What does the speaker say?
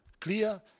clear